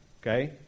okay